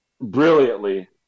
brilliantly